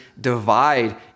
divide